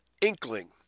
inkling